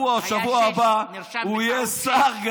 השבוע או בשבוע הבא הוא יהיה שר,